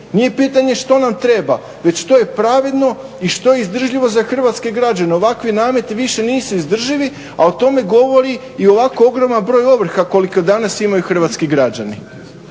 Nije pitanje što nam treba već što je pravedno i što je izdržljivo za hrvatske građane. Ovakvi nameti više nisu izdrživi a o tome govori i ovako ogroman broj ovrha koliko danas imaju hrvatski građani.